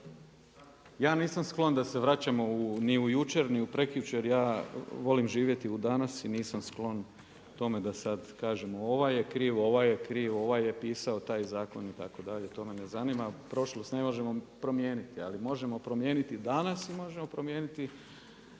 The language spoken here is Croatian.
Ja nisam sklon da se vraćamo ni u jučer ni u prekjučer, ja volim živjeti u danas i nisam sklon tome da sad kažem ovaj je kriv, ovaj je kriv, ovaj je pisao taj zakon itd., to me ne zanima, prošlost ne možemo promijeniti, ali možemo promijeniti danas i možemo promijeniti